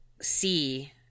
see